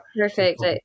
Perfect